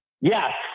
Yes